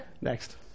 Next